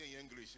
English